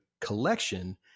collection